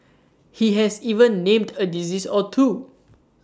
he has even named A disease or two